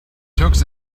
tux